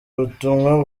ubutumwa